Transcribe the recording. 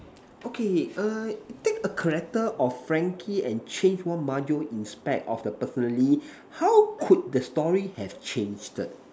okay err take a character of Frankie and change one major inspect of the personally how could the story have changed